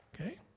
Okay